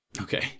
Okay